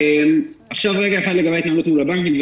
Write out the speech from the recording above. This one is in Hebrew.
עכשיו לגבי ההתנהלות מול הבנקים.